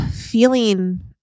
feeling